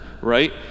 Right